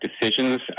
decisions